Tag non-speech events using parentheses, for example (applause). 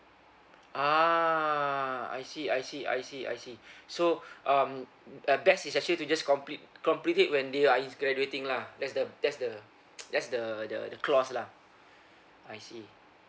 ah I see I see I see I see so um uh best is actually to just complete complete it when they are in graduating lah that's the that's the (noise) that's the the the clause lah I see